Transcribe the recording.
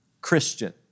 Christian